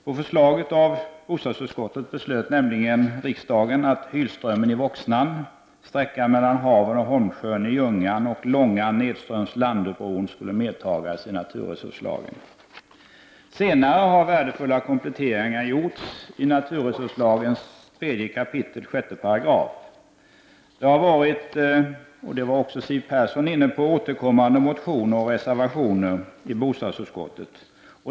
På förslag av bostadsutskottet beslöt nämligen riksdagen att Hylströmmen i Voxnan, sträckan mellan Havern och Holmsjön i Ljungan och Långan nedströms Landöbron skulle medtas i naturresurslagen. Senare har värdefulla kompletteringar gjorts i naturresurslagens 3 kap. 6§. Det har varit — vilket också Siw Persson nämnde i sitt anförande — återkommande motioner och reservationer i bostadsutskottet.